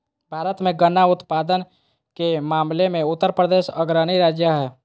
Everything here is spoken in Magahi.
भारत मे गन्ना उत्पादन के मामले मे उत्तरप्रदेश अग्रणी राज्य हय